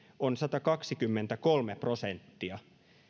on satakaksikymmentäkolme prosenttia